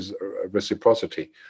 reciprocity